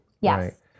Yes